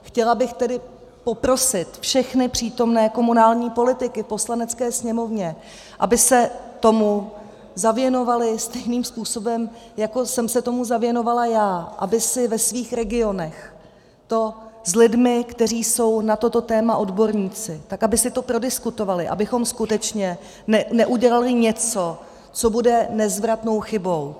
Chtěla bych tedy poprosit všechny přítomné komunální politiky v Poslanecké sněmovně, aby se tomu zavěnovali stejným způsobem, jako jsem se tomu zavěnovala já, aby si to ve svých regionech s lidmi, kteří jsou na toto téma odborníci, prodiskutovali, abychom skutečně neudělali něco, co bude nezvratnou chybou.